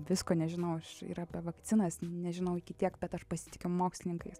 visko nežinau aš ir apie vakcinas nežinau iki tiek bet aš pasitikiu mokslininkais